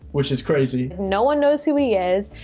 which is crazy. no one knows who he is,